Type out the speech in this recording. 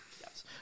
Yes